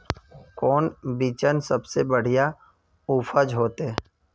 कौन बिचन सबसे बढ़िया उपज होते?